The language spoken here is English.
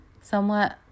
somewhat